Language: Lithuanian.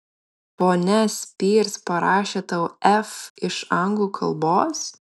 ponia spears parašė tau f iš anglų kalbos